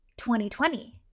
2020